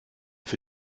für